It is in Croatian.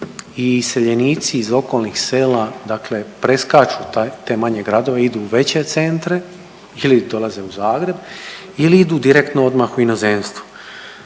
i iseljenici iz okolnih sela, dakle preskaču te manje gradove, idu u veće centre ili dolaze u Zagreb ili idu direktno odmah u inozemstvo.